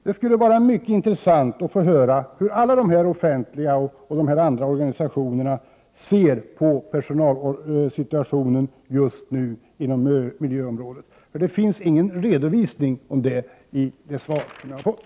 Det skulle vara mycket intressant att få höra hur alla de här offentliga och privata organisationerna ser på den personalsituation som just nu råder inom miljöområdet. Det finns ingen redovisning av detta i det svar jag har fått.